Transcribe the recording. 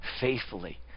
faithfully